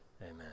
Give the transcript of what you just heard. Amen